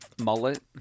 Mullet